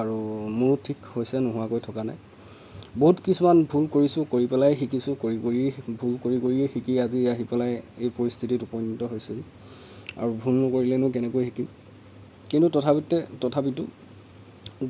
আৰু মোৰো ঠিক হৈছে নোহোৱাকৈ থকা নাই বহুত কিছুমান ভুল কৰিছোঁ কৰি পেলাই শিকিছোঁ কৰি কৰিয়েই শিকি ভুল কৰি কৰিয়েই শিকি আজি আহি পেলাই এই পৰিস্থিতিত উপনীত হৈছোহি আৰু ভুল নকৰিলেনো কেনেকৈ শিকিম কিন্তু তথাপিতে তথাপিতো